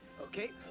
Okay